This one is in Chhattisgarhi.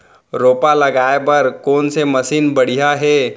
रोपा लगाए बर कोन से मशीन बढ़िया हे?